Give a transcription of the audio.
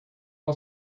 all